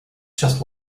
just